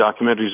documentaries